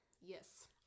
Yes